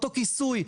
אותו כיסוי.